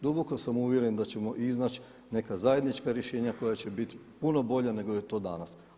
Duboko sam uvjeren da ćemo iznaći neka zajednička rješenja koja će biti puno bolja nego je to danas.